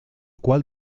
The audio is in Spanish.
cual